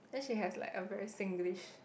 then she has like a very Singlish